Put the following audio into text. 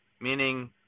meaning